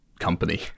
company